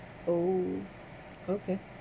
oh okay